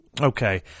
Okay